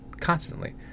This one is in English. constantly